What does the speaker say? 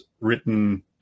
written